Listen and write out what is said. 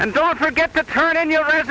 and don't forget to turn on your